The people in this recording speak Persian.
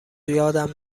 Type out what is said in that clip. یادم